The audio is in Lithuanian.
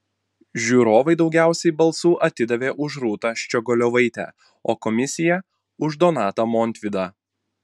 žiūrovai daugiausiai balsų atidavė už rūtą ščiogolevaitę o komisija už donatą montvydą